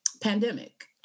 pandemic